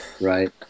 right